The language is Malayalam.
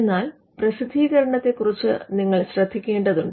എന്നാൽ പ്രസിദ്ധികരണത്തെ കുറിച്ച് നിങ്ങൾ ശ്രദ്ധിക്കേണ്ടതുണ്ട്